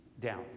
down